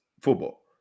football